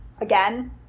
again